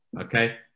okay